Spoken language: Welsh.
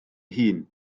hun